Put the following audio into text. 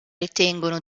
ritengono